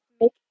make